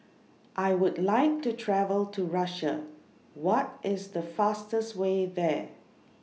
I Would like to travel to Russia What IS The fastest Way There